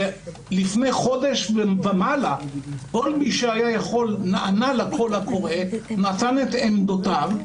ולפני חודש ומעלה כל מי שהיה יכול נענה לקול הקורא ונתן את עמדותיו,